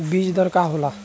बीज दर का होला?